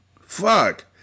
Fuck